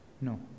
No